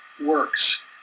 works